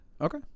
Okay